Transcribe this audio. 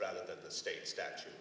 rather than the state statu